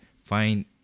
find